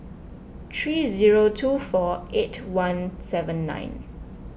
three zero two four eight one seven nine